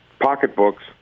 pocketbooks